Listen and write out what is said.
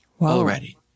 already